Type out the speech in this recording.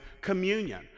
communion